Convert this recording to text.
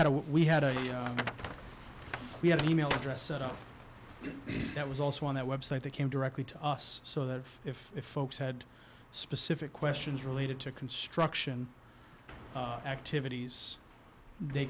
a we had a we had an e mail address that was also on that website that came directly to us so that if folks had specific questions related to construction activities they